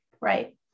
Right